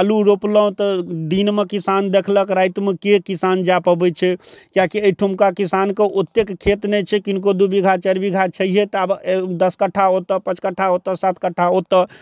आलू रोपलहुॅं तऽ दिनमे किसान देखलक रातिमे के किसान जा पबै छै किएकि एहिठुमका किसानके ओतेक खेत नहि छै किनको दू बीघा चारि बीघा छैहे तऽ आब दस कट्ठा पाँच कट्ठा ओतऽ सात कट्ठा ओतऽ